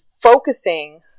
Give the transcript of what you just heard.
focusing